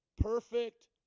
Perfect